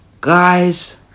Guys